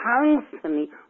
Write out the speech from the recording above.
constantly